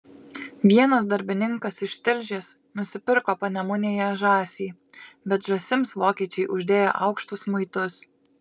vienas darbininkas iš tilžės nusipirko panemunėje žąsį bet žąsims vokiečiai uždėję aukštus muitus